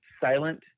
silent